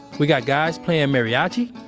we got guys playing mariachi